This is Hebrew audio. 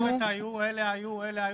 אלה היו ואלה היו.